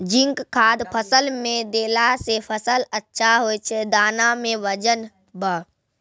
zinc खाद फ़सल मे देला से फ़सल अच्छा होय छै दाना मे वजन ब